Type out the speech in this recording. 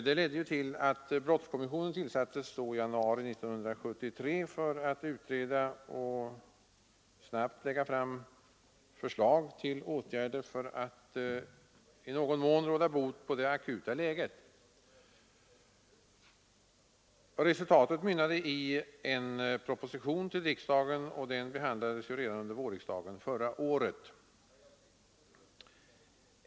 Det ledde till att brottskommissionen tillsattes i januari 1973 för att utreda och snabbt lägga fram förslag till åtgärder för att i någon mån råda bot på det akuta läget. Resultatet mynnade i en proposition till riksdagen, och den behandlades redan under vårriksdagen förra året.